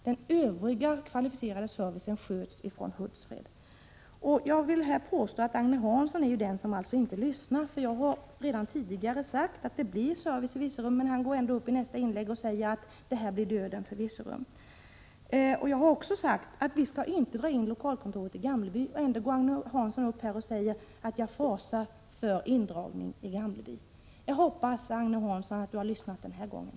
Den övriga kvalificerade servicen sköts från Hultsfred. Jag vill påstå att Agne Hansson är den som inte lyssnar. Jag har redan tidigare sagt att det blir service i Virserum, men han går ändå upp i sitt nästa inlägg och säger: Det här blir döden för Virserum. Jag har också sagt att vi inte skall dra in lokalkontoret i Gamleby. Ändå går Agne Hansson upp och säger: Jag fasar för en indragning i Gamleby. Jag hoppas att Agne Hansson har lyssnat den här gången.